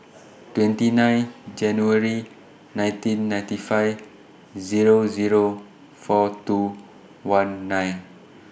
twenty nine January nineteen ninety five Zero Zero four two one nine